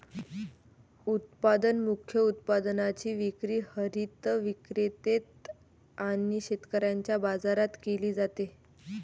उत्पादन मुख्य उत्पादनाची विक्री हरित विक्रेते आणि शेतकऱ्यांच्या बाजारात केली जाते